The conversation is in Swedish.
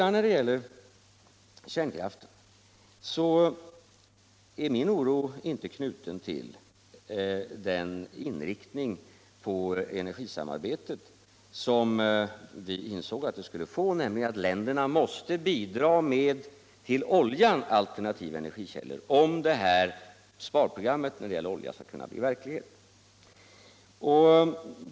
När det gäller kärnkraften är min oro inte knuten till den inriktning på energisamarbetet som vi insåg att vi skulle få, nämligen att länderna måste bidra med alternativa energikällor till oljan för att sparprogrammet när det gäller olja skall kunna bli verklighet.